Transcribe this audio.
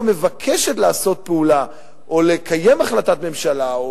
מבקשת לעשות פעולה או לקיים החלטת ממשלה,